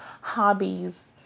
hobbies